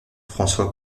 françois